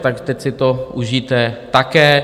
Tak teď si to užijte také.